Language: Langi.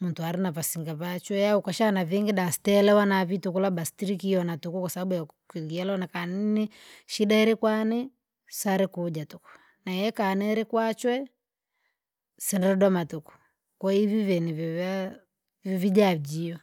muntu alina vasinga vachwe au ukashana vingi da sterewana vii tuku labda stilikiona tuku kwasababu ya ku- kiliona kanine, shida ilikwane, sarikuja tuku, naye kane likwachwe! Sendro doma tuku, kwahivi ve niveve, vivijajio.